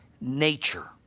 nature